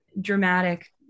dramatic